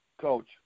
Coach